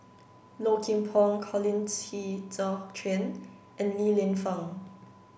Low Kim Pong Colin Qi Zhe Quan and Li Lienfung